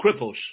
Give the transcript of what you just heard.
cripples